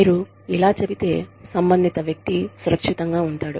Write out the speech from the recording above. మీరు ఇలా చెబితే సంబంధిత వ్యక్తి సురక్షితంగా ఉంటాడు